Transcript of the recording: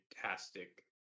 fantastic